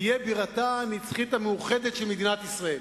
תהיה בירתה הנצחית המאוחדת של מדינת ישראל,